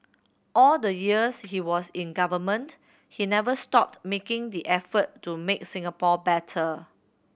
all the years he was in government he never stopped making the effort to make Singapore better